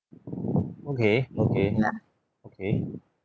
okay okay okay